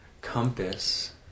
compass